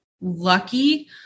lucky